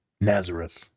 Nazareth